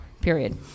Period